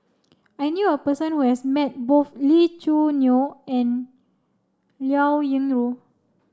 I knew a person who has met both Lee Choo Neo and Liao Yingru